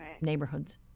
neighborhoods